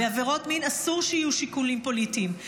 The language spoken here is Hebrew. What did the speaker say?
בעבירות מין אסור שיהיו שיקולים פוליטיים.